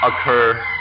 occur